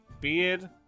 beard